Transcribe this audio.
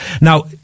Now